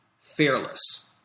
fearless